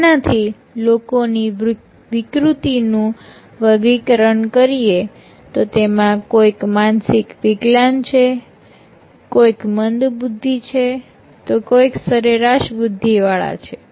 તેનાથી લોકોની વિકૃતિ નું વર્ગીકરણ કરીએ તો તેમાં કોઈક માનસિક વિકલાંગ છે કોઈક મંદબુદ્ધિ છે તો કોઈક સરેરાશ બુદ્ધિ વાળા છે